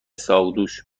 ساقدوش